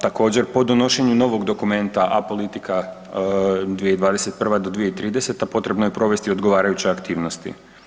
Također, po donošenju novog dokumenta, a politika 2021.-2030. potrebno je provesti odgovarajuće aktivnosti.